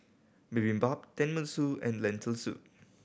Bibimbap Tenmusu and Lentil Soup